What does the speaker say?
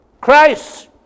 Christ